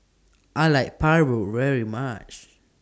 I like Paru very much